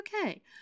okay